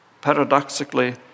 paradoxically